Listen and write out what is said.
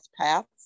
paths